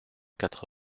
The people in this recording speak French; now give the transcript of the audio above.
quatre